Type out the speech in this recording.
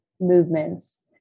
movements